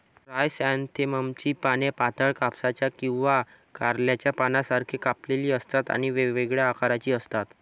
क्रायसॅन्थेममची पाने पातळ, कापसाच्या किंवा कारल्याच्या पानांसारखी कापलेली असतात आणि वेगवेगळ्या आकाराची असतात